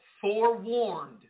forewarned